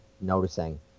noticing